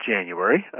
January